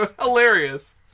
hilarious